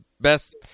best